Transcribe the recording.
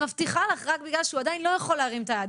מבטיחה לך זה רק בגלל שהוא עדיין לא יכול להרים את היד,